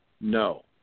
No